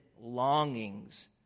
longings